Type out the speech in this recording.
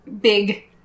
Big